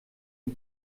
die